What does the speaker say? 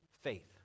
faith